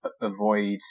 avoid